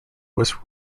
was